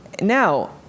Now